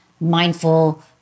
Mindful